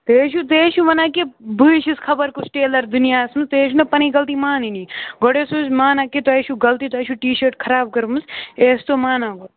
تُہۍ حظ چھُو تُہۍ حظ چھُو وَنان کہِ بٕے چھُس خبَر کُس ٹیلَر دُنیاہَس منٛز تُہۍ حظ چھُو نہٕ پَنٕنۍ غلطی مانٲنی گۄڈٕ ٲسِو حظ مانان کہِ تۄہہِ حظ چھُو غلطی تۄہہِ چھُو ٹی شٲٹ خراب کٔرمٕژ یہِ ٲسۍ تو مانان گۄ